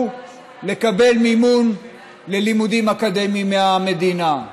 לקבל מימון ללימודים אקדמיים מהמדינה.